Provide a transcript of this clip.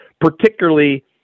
particularly